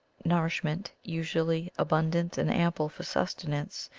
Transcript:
nourishment, usually abundant and ample for sustenance,